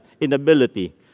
inability